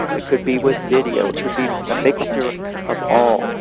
it could be with video. it could be a mixture of all.